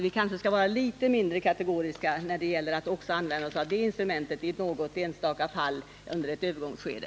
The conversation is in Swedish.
Vi kanske skall vara litet mindre kategoriska när det gäller att använda oss av det instrumentet i något enstaka fall under ett övergångsskede.